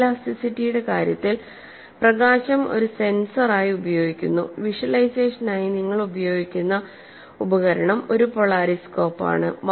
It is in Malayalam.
ഫോട്ടോഇലാസ്റ്റിറ്റിയുടെ കാര്യത്തിൽ പ്രകാശം ഒരു സെൻസറായി ഉപയോഗിക്കുന്നു വിഷ്വലൈസേഷനായി നിങ്ങൾ ഉപയോഗിക്കുന്ന ഉപകരണം ഒരു പോളാരിസ്കോപ്പാണ്